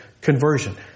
conversion